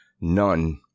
None